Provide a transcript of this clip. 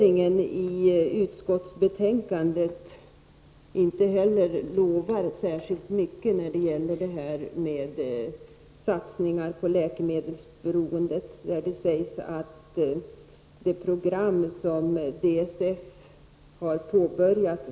Inte heller lovar utskottets formulering särskilt mycket när det gäller satsningar för att komma till rätta med läkemedelsberoendet. Det står bara att man skall fortsätta med det program som DSF har påbörjat.